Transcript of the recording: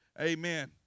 Amen